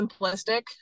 simplistic